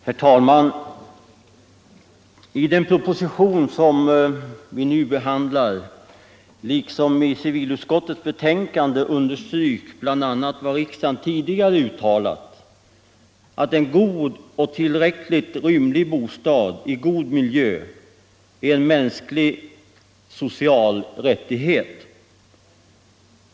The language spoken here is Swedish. Herr talman! I den proposition som vi nu behandlar liksom i civilutskottets betänkande understryks bl.a. vad riksdagen tidigare uttalat, nämligen att en god och tillräckligt rymlig bostad i god miljö är en mänsklig social rättighet.